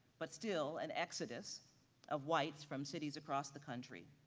but still an exodus of whites from cities across the country,